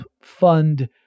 fund